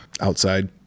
outside